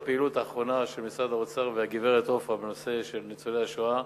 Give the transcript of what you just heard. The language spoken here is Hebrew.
בפעילות האחרונה של משרד האוצר והגברת עפרה בנושא של ניצולי השואה.